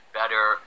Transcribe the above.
better